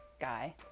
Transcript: guy